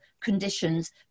conditions